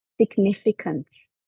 significance